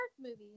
movies